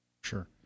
Sure